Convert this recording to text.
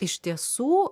iš tiesų